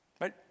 right